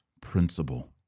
principle